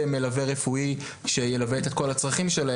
גיל 18. זה פשוט ממשיך את אותו קו שהיה עם המשפחתונים מזה שנים.